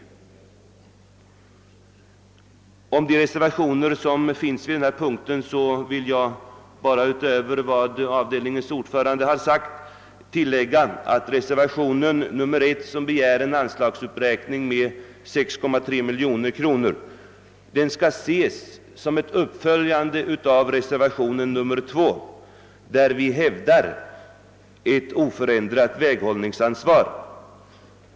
Beträffande de reservationer som finns fogade till denna punkt vill jag bara utöver vad avdelningens ordförande sagt påpeka att reservationen 1, vari begärs en anslagsuppräkning med 6,3 miljoner kronor, skall ses som ett uppföljande av reservationen 2, där vi hävdar ett oförändrat väghållningsanslag.